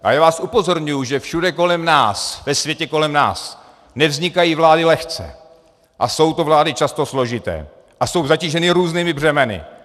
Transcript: Ale já vás upozorňuji, že všude kolem nás, ve světě kolem nás nevznikají vlády lehce a jsou to vlády často složité a jsou zatíženy různými břemeny.